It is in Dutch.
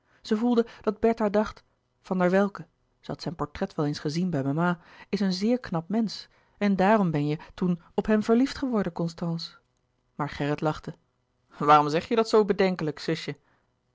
zij voelde dat bertha dacht van der welcke zij had zijn portret wel eens gezien bij mama is een zeer knap mensch en daarom ben je toen op hem verliefd geworden constance maar gerrit lachte waarom zeg je dat zoo bedenkelijk zusje